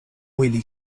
oily